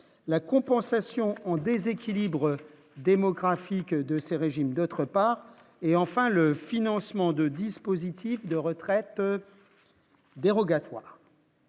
la compensation en déséquilibre démographique de ces régimes, d'autres pas, et enfin le financement de dispositifs de retraite dérogatoire